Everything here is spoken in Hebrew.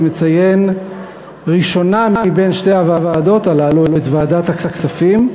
מציין ראשונה מבין שתי הוועדות הללו את ועדת הכספים.